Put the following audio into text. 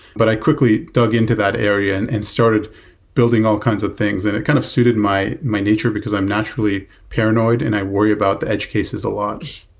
but i quickly dug into that area and and started building all kinds of things and it kind of suited my my nature because i'm naturally paranoid and i worry about the edge cases a lot.